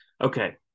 Okay